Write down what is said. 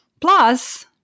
Plus